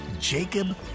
Jacob